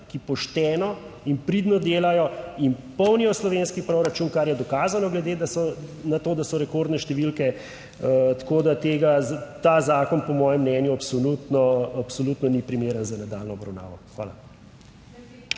ki pošteno in pridno delajo in polnijo slovenski proračun, kar je dokazano, glede na to, da so rekordne številke. Tako da tega, ta zakon po mojem mnenju absolutno, absolutno ni primeren za nadaljnjo obravnavo. Hvala.